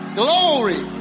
glory